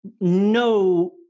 no